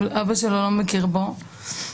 אבא שלו לא מכיר בו,